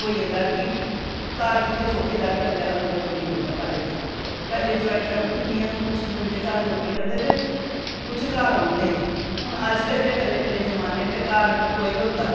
होई जंदा कि घर च इक चौकिदारी करनें आह्ला बंदा कोई नी रौंह्दा घरे च पैह्लें जवाईन फैमलियां होंदियां हां कुश बंदे घर दे नौकरियां करदे हे ते कुश घर रौंह्दे हे हून अज्ज कल कल्ले कल्ले जमानें ते घर कोई गै होंदा ऐ